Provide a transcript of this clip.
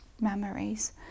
memories